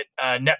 Net